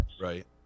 right